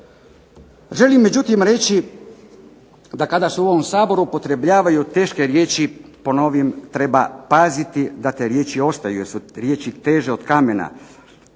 Želim međutim reći da kada se u ovom Saboru upotrebljavaju teške riječi, po novim treba paziti da te riječi ostaju, jer su riječi teže od kamena